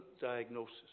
diagnosis